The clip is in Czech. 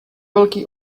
velký